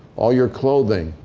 all your clothing,